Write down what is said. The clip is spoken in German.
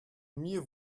mir